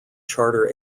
charter